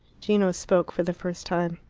gino spoke for the first time.